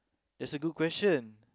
is a good question